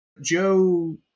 Joe